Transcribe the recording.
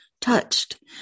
touched